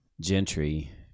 gentry